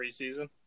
preseason